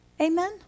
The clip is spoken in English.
Amen